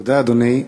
תודה, אדוני,